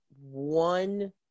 one